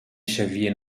xavier